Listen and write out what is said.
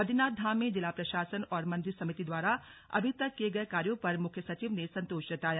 बद्रीनाथ धाम में जिला प्रशासन और मंदिर समिति द्वारा अभी तक किए गए कार्यो पर मुख्य सचिव ने संतोष जताया